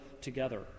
together